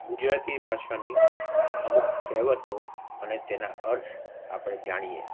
ગુજરાતી ભાષાની અમુક કહેવતો અને તેના અર્થ આપણે જાણીએ